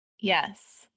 Yes